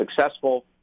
successful